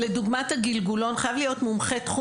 לדוגמת הגלגולון חייב להיות מומחי תחום